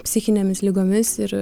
psichinėmis ligomis ir